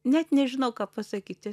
net nežinau ką pasakyti